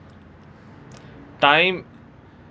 time